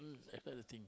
I pack the things